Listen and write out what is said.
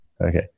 Okay